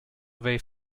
wave